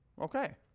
Okay